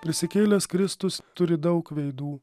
prisikėlęs kristus turi daug veidų